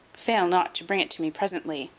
fail not to bring it to me presently,